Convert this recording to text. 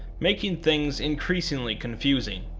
making things increasingly confusing.